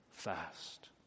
fast